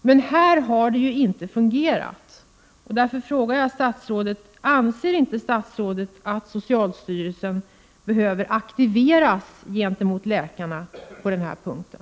Men här har det ju inte fungerat, och därför frågar jag: Anser inte statsrådet att socialstyrelsen behöver aktiveras gentemot läkarna på den här punkten?